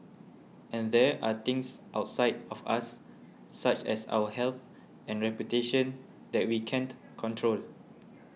and there are things outside of us such as our health and reputation that we can't control